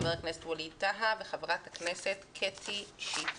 חבר הכנסת ווליד טאהא וחברת הכנסת קטי שטרית.